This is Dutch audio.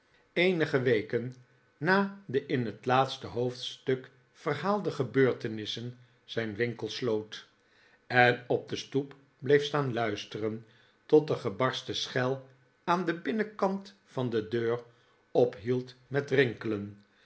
eenige weken na de in het laatste hoofdstuk verhaalde gebeurtenissen zijn winkel sloot en op de stoep bleef staan luisteren tot de gebarsten schel aan den binnenkant van de deur ophield met rinkelen